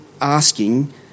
asking